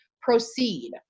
Proceed